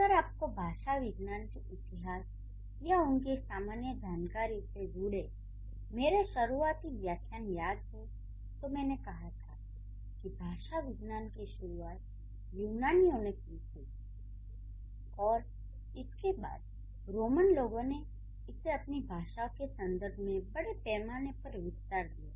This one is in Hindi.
अगर आपको भाषा विज्ञान के इतिहास या उसकी सामान्य जानकारी से जुड़े मेरे शुरुआती व्याख्यान याद हों तो मैंने कहा था कि भाषा विज्ञान की शुरुआत यूनानियों ने की थी और इसके बाद रोमन लोगों इसे अपनी भाषाओं के संदर्भ में बड़े पैमाने पर विस्तार दिया